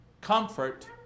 comfort